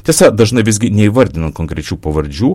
tiesa dažnai visgi neįvardinant konkrečių pavardžių